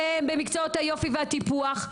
שהם במקצועות היופי והטיפוח,